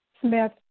Smith